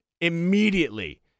immediately